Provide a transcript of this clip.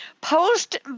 Post